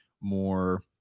more